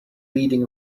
leading